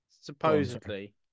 supposedly